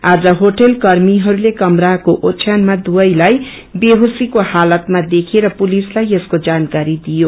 आज होटल कर्मिहरूले कमराको ओध्यानमा दुवैलाई वेहोशीक्षे हालतमा देखेर पुलिसलाई यसबारे जानकारी दिइयो